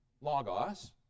Logos